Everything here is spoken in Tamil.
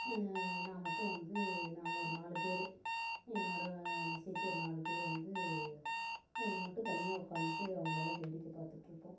நான் மட்டும் வந்து நாங்கள் ஒரு நாலு பேர் என்னோட சேர்த்தி ஒரு நாலு பேர் வந்து மட்டும் தனியாக உட்காந்துட்டு அவங்களலா வேடிக்கை பார்த்துட்ருப்போம்